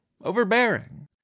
overbearing